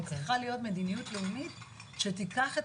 צריכה להיות מדיניות לאומית שתיקח את